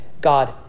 God